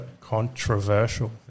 Controversial